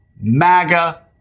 MAGA